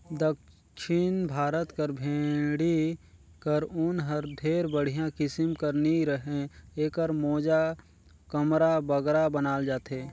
दक्खिन भारत कर भेंड़ी कर ऊन हर ढेर बड़िहा किसिम कर नी रहें एकर मोजा, कमरा बगरा बनाल जाथे